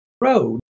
road